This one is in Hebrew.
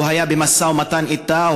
הוא היה במשא-ומתן אתם.